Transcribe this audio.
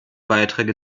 beiträge